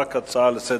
רק הצעה אחת.